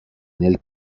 nel